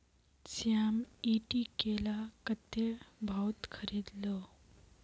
श्याम ईटी केला कत्ते भाउत खरीद लो